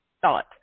thought